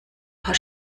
paar